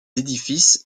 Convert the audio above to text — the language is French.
édifices